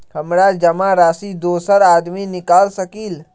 हमरा जमा राशि दोसर आदमी निकाल सकील?